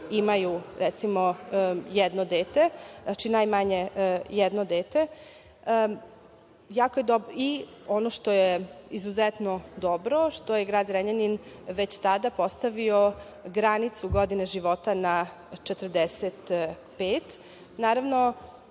imaju recimo jedno dete, najmanje jedno dete. Ono što je izuzetno dobro je što je grad Zrenjanin već tada postavio granicu godinu života na